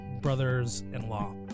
brothers-in-law